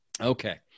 Okay